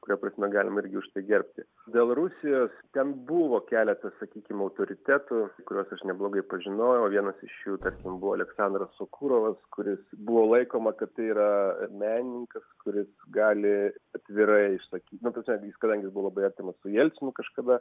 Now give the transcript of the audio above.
kuria prasme galima irgi už tai gerbti dėl rusijos ten buvo keletas sakykim autoritetų kuriuos aš neblogai pažinojau vienas iš jų tarkim buvo aleksandras sokurovas kuris buvo laikoma kad tai yra menininkas kuris gali atvirai išsakyti nu ta prasme kadangi jis buvo labai artimas su jelcinu kažkada